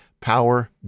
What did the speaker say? power